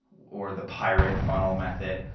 or the pirate funnel method.